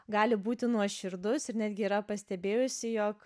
gali būti nuoširdus ir netgi yra pastebėjusi jog